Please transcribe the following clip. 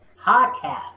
podcast